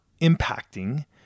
impacting